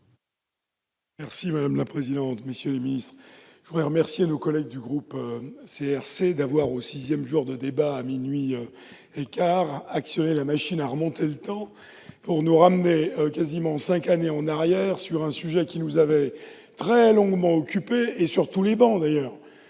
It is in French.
Dallier, pour explication de vote. Je voudrais remercier nos collègues du groupe CRCE d'avoir, au sixième jour de débat, à minuit et quart, actionné la machine à remonter le temps, pour nous ramener quasiment cinq années en arrière, sur un sujet qui nous avait très longuement occupés sur toutes ces travées